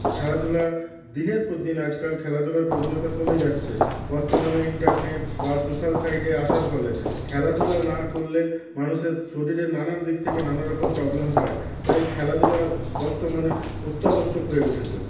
খেলাধুলা দিনের পর দিন আজকাল খেলাধুলার প্রবণতা কমে যাচ্ছে বর্তমানে ইন্টারনেট বা সোশ্যাল সাইটে আসার ফলে খেলাধুলা না করলে মানুষের শরীরের নানা দিক থেকে নানা রকম প্রবলেম হয় তাই খেলাধুলা বর্তমানে অত্যাবশ্যক হয়ে উঠেছে